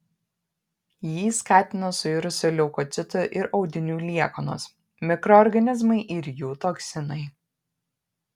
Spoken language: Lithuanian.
jį skatina suirusių leukocitų ir audinių liekanos mikroorganizmai ir jų toksinai